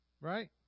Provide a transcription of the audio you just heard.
Right